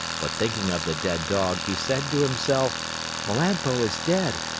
but thinking of the dead dog, he said to himself melampo is dead.